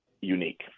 unique